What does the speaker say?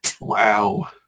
Wow